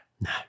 No